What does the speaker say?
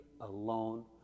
alone